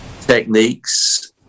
techniques